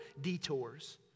detours